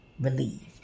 relieved